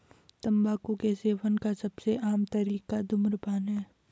तम्बाकू के सेवन का सबसे आम तरीका धूम्रपान है